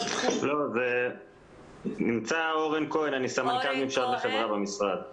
לא, נמצא אורן כהן, אני סמנכ"ל ממשל וחברה במשרד.